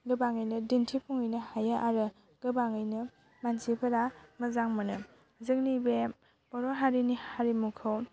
गोबाङैनो दिन्थिफुङैनो हायो आरो गोबाङैनो मानसिफोरा मोजां मोनो जोंनि बे बर' हारिनि हारिमुखौ